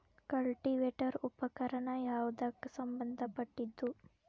Cultivator ಉಪಕರಣ ಯಾವದಕ್ಕ ಸಂಬಂಧ ಪಟ್ಟಿದ್ದು?